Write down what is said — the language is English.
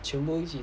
全部一起